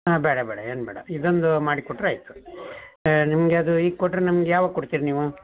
ಹಾಂ ಬ್ಯಾಡ ಬ್ಯಾಡ ಏನು ಬ್ಯಾಡ ಇದೊಂದು ಮಾಡಿ ಕೊಟ್ರೆ ಆಯಿತು ನಿಮಗೆ ಅದು ಈಗ ಕೊಟ್ಟರೆ ನಮ್ಗೆ ಯಾವಾಗ ಕೊಡ್ತೀರ ನೀವು